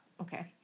Okay